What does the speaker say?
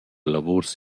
lavuors